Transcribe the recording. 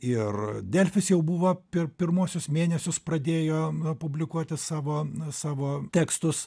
ir delfis jau buvo pir pirmuosius mėnesius pradėjo publikuoti savo savo tekstus